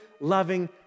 loving